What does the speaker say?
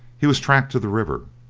he was tracked to the river,